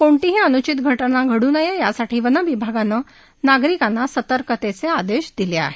कोणतीही अनुचित घटना घडू नये यासाठी वनविभागानं नागरिकांना सतर्कतेचे आदेश दिले आहेत